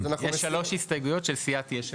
ישנן שלוש הסתייגויות של סיעת יש עתיד.